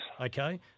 Okay